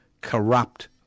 corrupt